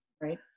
right